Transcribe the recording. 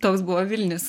toks buvo vilnius